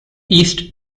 east